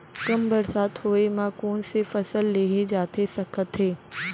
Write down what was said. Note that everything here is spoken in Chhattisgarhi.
कम बरसात होए मा कौन से फसल लेहे जाथे सकत हे?